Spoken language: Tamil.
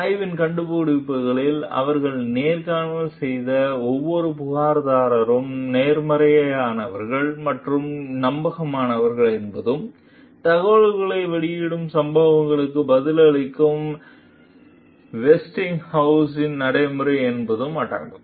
ஆய்வின் கண்டுபிடிப்புகளில் அவர்கள் நேர்காணல் செய்த ஒவ்வொரு புகார்தாரரும் நேர்மையானவர்கள் மற்றும் நம்பகமானவர்கள் என்பதும் தகவல்களை வெளியிடும் சம்பவங்களுக்கு பதிலளிக்கும் வெஸ்டிங்ஹவுஸின் நடைமுறை என்பதும் அடங்கும்